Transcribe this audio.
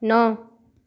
नौ